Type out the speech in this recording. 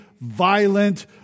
violent